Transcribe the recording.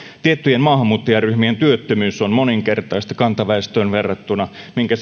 tiettyjen maahanmuuttajaryhmien työttömyys on moninkertaista kantaväestöön verrattuna minkä